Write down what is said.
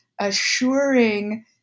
assuring